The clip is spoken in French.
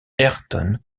ayrton